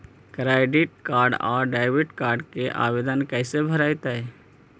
Credit और debit card के आवेदन कैसे भरैतैय?